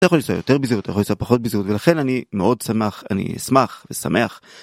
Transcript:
יותר בזה יותר מזה ופחות מזה ולכן אני מאוד שמח אני אשמח ושמח.